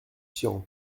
tian